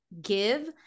give